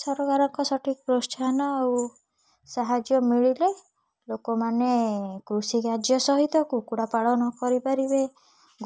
ସରକାରଙ୍କ ସଠିକ୍ ପ୍ରୋତ୍ସାହନ ଆଉ ସାହାଯ୍ୟ ମିଳିଲେ ଲୋକମାନେ କୃଷି କାର୍ଯ୍ୟ ସହିତ କୁକୁଡ଼ା ପାଳନ କରିପାରିବେ